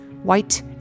White